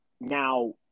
now